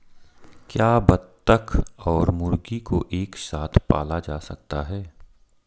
क्या बत्तख और मुर्गी को एक साथ पाला जा सकता है?